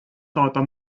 saada